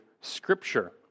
scripture